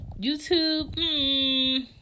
YouTube